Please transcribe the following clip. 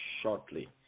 shortly